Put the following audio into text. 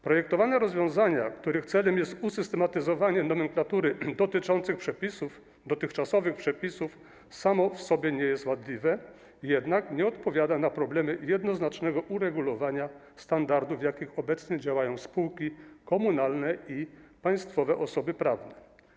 Projektowane rozwiązania, których celem jest usystematyzowanie nomenklatury dotychczasowych przepisów, same w sobie nie są wadliwe, jednak nie odpowiadają na problem jednoznacznego uregulowania standardów, w jakich obecnie działają spółki komunalne i państwowe osoby prawne.